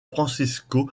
francisco